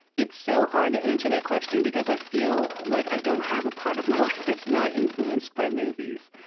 it's so hard to answer that question, because i feel like i don't have a part of my life that's not influenced by movies.